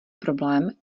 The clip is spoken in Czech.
problém